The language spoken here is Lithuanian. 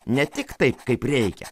ne tik taip kaip reikia